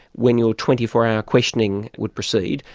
when your twenty four hour questioning would proceed,